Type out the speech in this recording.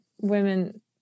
women